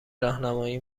راهنمایی